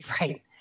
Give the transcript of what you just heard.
right